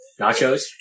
nachos